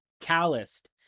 calloused